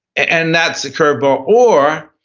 and that's a curve ball or,